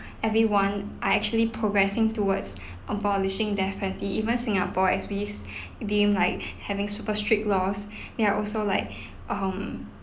everyone are actually progressing towards abolishing death penalty even singapore as we s~ deem like having super strict laws they are also like um